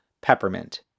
peppermint